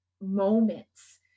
moments